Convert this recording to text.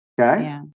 okay